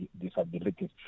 disabilities